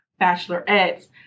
bachelorette's